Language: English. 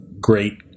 great